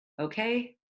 Okay